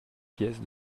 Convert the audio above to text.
pièces